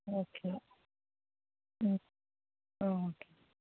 okay okay